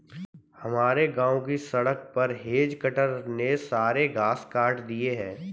हमारे गांव की सड़क पर हेज कटर ने सारे घास काट दिए हैं